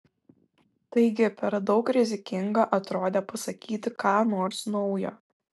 taigi per daug rizikinga atrodė pasakyti ką nors naujo